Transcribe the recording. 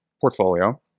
portfolio